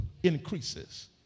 increases